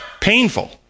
Painful